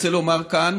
אני רוצה לומר כאן